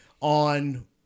on